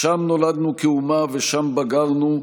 שם נולדנו כאומה ושם בגרנו,